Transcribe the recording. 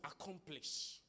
accomplish